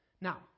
Now